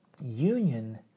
union